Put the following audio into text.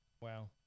Wow